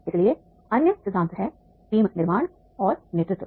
इसलिए अन्य सिद्धांत हैं टीम निर्माण और नेतृत्व